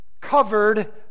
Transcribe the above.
covered